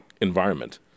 environment